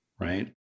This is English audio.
right